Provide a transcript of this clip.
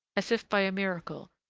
as if by a miracle,